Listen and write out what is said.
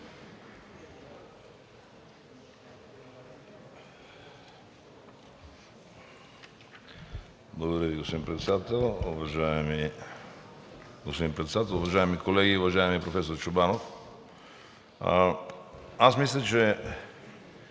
Уважаеми господин Председател, уважаеми колеги! Уважаеми професор Чобанов, аз мисля, че